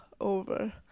over